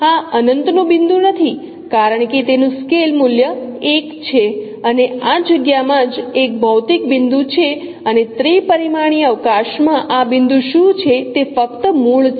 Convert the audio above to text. આ અનંતનું બિંદુ નથી કારણ કે તેનું સ્કેલ મૂલ્ય 1 છે અને આ જગ્યામાં જ એક ભૌતિક બિંદુ છે અને ત્રિ પરિમાણીય અવકાશ માં આ બિંદુ શું છે તે ફક્ત મૂળ છે